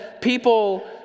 people